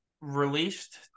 released